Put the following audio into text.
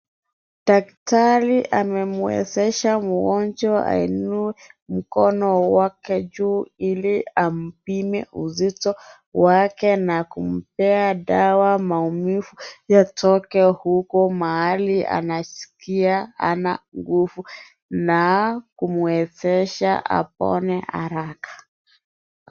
Daktari amemwezesha mgonjwa ainue mkono juu ili ampime uzito wake na kumpea dawa ya maumivu yatoke huko mahali anasikia hana nguvu na kumwezesha apone haraka.